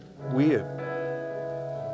weird